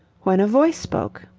when a voice spoke.